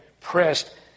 pressed